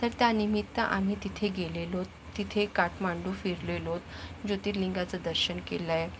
तर त्यानिमित्त आम्ही तिथे गेलेलो आहोत तिथे काठमांडू फिरलेलो आहोत ज्योतीर्लिंगाचं दर्शन केलं आहे